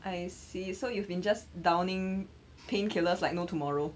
I see so you've been just downing painkillers like no tomorrow